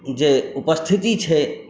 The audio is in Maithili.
जे उपस्थिति छै